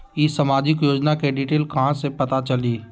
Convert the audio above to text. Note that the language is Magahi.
ई सामाजिक योजना के डिटेल कहा से पता चली?